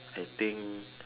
I think